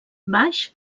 baix